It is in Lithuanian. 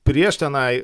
prieš tenai